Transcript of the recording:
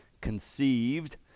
conceived